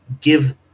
give